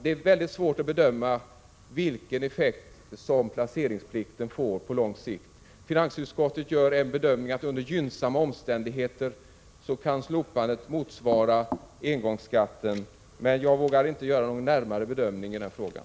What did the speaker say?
Det är väldigt svårt att bedöma vilken effekt slopandet av placeringsplikten får på lång sikt. Finansutskottet gör en bedömning att effekten under gynnsamma omständigheter på tio års tid kan motsvara engångsskatten, men jag vågar inte göra någon närmare bedömning i den frågan.